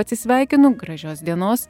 atsisveikinu gražios dienos